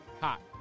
Hot